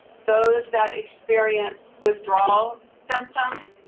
those that experience withdrawal symptoms,